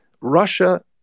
Russia